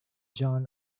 john